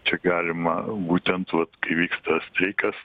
čia galima būtent vat kai vyksta streikas